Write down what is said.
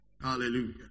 Hallelujah